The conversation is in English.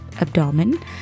abdomen